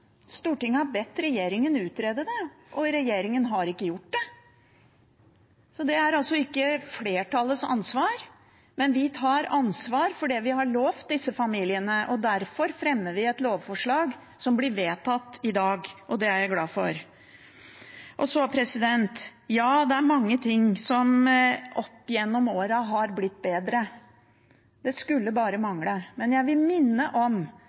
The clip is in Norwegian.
Stortinget har bedt regjeringen utrede det, og regjeringen har ikke gjort det. Det er altså ikke flertallets ansvar, men vi tar ansvar for det vi har lovet disse familiene. Derfor fremmer vi et lovforslag, som blir vedtatt i dag, og det er jeg glad for. Ja, det er mange ting som opp gjennom årene har blitt bedre. Det skulle bare mangle. Men jeg vil minne om